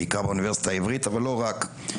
בעיקר באוניברסיטה העברית אבל לא רק,